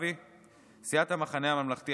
סיעת המחנה הממלכתי,